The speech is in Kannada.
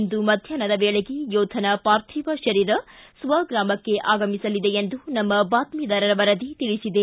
ಇಂದು ಮಧ್ಯಾಷ್ನದ ವೇಳೆಗೆ ಯೋಧನ ಪ್ರಾರ್ಥಿವ ಶರೀರ ಸ್ವಗ್ರಾಮಕ್ಕೆ ಆಗಮಿಸಲಿದೆ ಎಂದು ನಮ್ಮ ಬಾತ್ವಿದಾರರ ವರದಿ ತಿಳಿಸಿದೆ